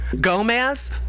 Gomez